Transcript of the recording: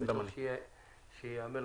זה עדיין מסר